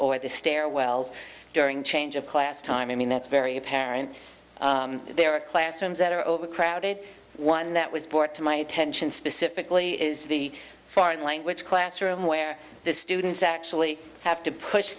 or the stairwells during change of class time i mean it's very apparent there are classrooms that are overcrowded one that was brought to my attention specifically is the foreign language classroom where the students actually have to push